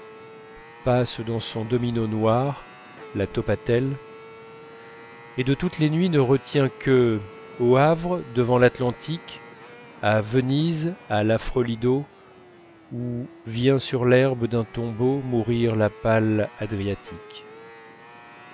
passe dans son domino noir la toppatelle et de toutes les nuits ne retient que au havre devant l'atlantique à venise à l'affreux lido où vient sur l'herbe d'un tombeau mourir la pâle adriatique